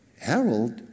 Harold